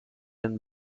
and